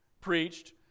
preached